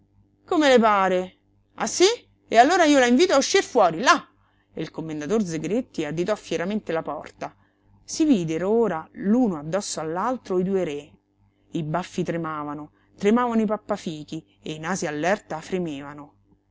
come le pare ah sí e allora io la invito a uscir fuori là e il commendator zegretti additò fieramente la porta si videro ora l'uno addosso all'altro i due re i baffi tremavano tremavano i pappafichi e i nasi all'erta fremevano